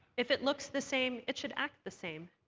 if it looks the same, it should act the same.